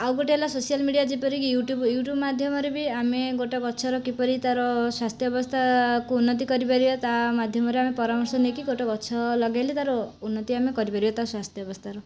ଆଉ ଗୋଟିଏ ହେଲା ସୋସିଆଲ୍ ମିଡ଼ିଆ ଯେପରିକି ୟୁଟ୍ୟୁବ୍ ୟୁଟ୍ୟୁବ୍ ମାଧ୍ୟମରେ ବି ଆମେ ଗୋଟିଏ ଗଛର କିପରି ତା'ର ସ୍ଵାସ୍ଥ୍ୟ ଅବସ୍ଥାକୁ ଉନ୍ନତି କରିପାରିବା ତା' ମାଧ୍ୟମରେ ଆମେ ପରାମର୍ଶ ନେଇକି ଗୋଟିଏ ଗଛ ଲଗାଇଲେ ତା'ର ଉନ୍ନତି ଆମେ କରିପାରିବା ତା' ସ୍ଵାସ୍ଥ୍ୟ ଅବସ୍ଥାର